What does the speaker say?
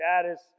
status